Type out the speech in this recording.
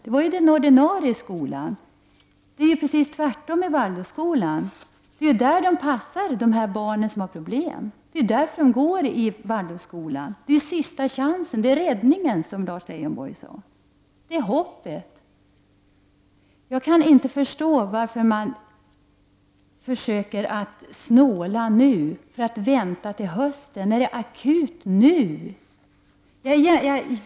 Det är ju i den ordinarie skolan som den förekommer. I Waldorfskolan passar de barn som har problem; det är därför de går där. Det är sista chansen, det är räddningen, som Lars Leijonborg sade, och det är hoppet för dem. Jag kan inte förstå varför man försöker snåla nu när behovet är för akut för att vänta till hösten.